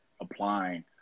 applying